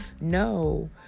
No